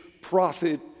prophet